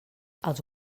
els